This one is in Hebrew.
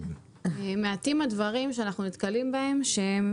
מעטים הדברים שאנחנו נתקלים בהם שהם